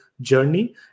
journey